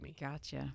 Gotcha